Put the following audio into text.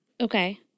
Okay